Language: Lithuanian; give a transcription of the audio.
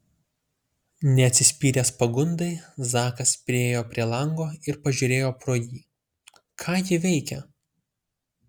neatsispyręs pagundai zakas priėjo prie lango ir pažiūrėjo pro jį ką ji veikia